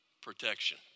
protection